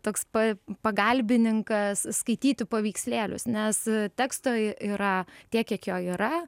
toks pa pagalbininkas skaityti paveikslėlius nes teksto yra tiek kiek jo yra